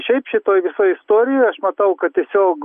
šiaip šitoj visoj istorijoj aš matau kad tiesiog